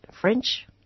French